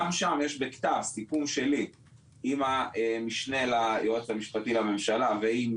גם שם יש בכתב סיכום שלי עם המשנה ליועץ המשפטי לממשלה ועם